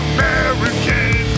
American